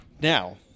now